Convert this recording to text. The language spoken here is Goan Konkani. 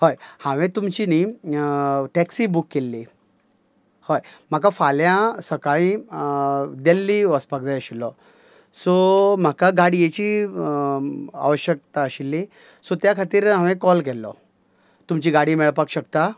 हय हांवें तुमची न्ही टॅक्सी बूक केल्ली हय म्हाका फाल्यां सकाळीं दिल्ली वचपाक जाय आशिल्लो सो म्हाका गाडयेची आवश्यकता आशिल्ली सो त्या खातीर हांवे कॉल केल्लो तुमची गाडी मेळपाक शकता